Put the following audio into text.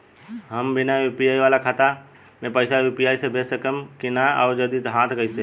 हम बिना यू.पी.आई वाला खाता मे पैसा यू.पी.आई से भेज सकेम की ना और जदि हाँ त कईसे?